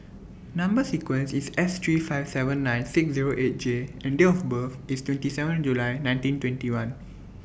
Number sequence IS S three five seven nine six Zero eight J and Date of birth IS twenty seven July nineteen twenty one